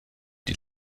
die